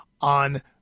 on